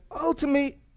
ultimately